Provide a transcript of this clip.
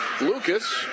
Lucas